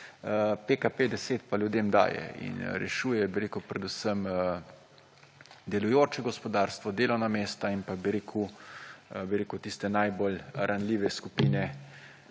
PKP-10 pa ljudem daje in rešuje predvsem delujoče gospodarstvo, delovna mesta in pa tiste najbolj ranljive skupine